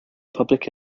public